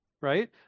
right